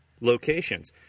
locations